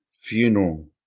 funeral